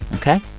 ok?